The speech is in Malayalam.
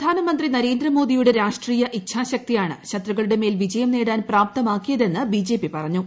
പ്രധാനമന്ത്രി നരേന്ദ്രമോദിയുടെ രാഷ്ട്രീയ ഇച്ഛാശക്തിയാണ് ശത്രുക്കളുടെ മേൽ വിജയം നേടാൻ പ്രാപ്തമാക്കിയതെന്ന് ബി ജെ പി പറഞ്ഞു